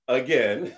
again